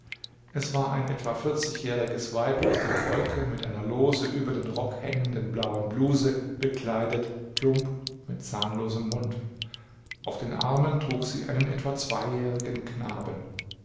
es war ein etwa vierzigjähriges weib aus dem volke mit einer lose über den rock hängenden blauen bluse bekleidet plump mit zahnlosem mund auf den armen trug sie einen etwa zweijährigen knaben